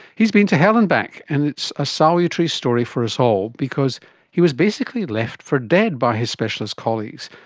he's been to hell and back, and it's a salutary story for us all because he was basically left for dead by his specialist colleagues,